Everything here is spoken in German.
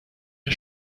der